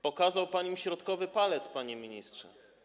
Pokazał pan im środkowy palec, panie ministrze.